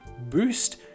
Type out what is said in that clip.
boost